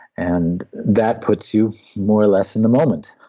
and that puts you more or less in the moment,